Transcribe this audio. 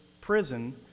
prison